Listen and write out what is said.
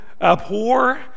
abhor